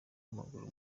w’amaguru